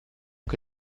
che